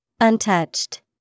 Untouched